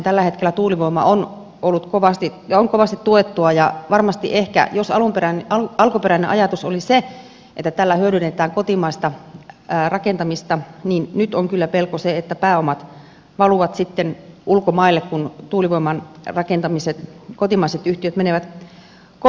tällä hetkellä tuulivoima on ollut kovasti ja on kovasti tuettua ja varmasti ehkä jos alkuperäinen ajatus oli se että tällä hyödynnetään kotimaista rakentamista niin nyt on kyllä pelko se että pääomat valuvat sitten ulkomaille kun tuulivoimaa rakentavat kotimaiset yhtiöt menevät konkurssiin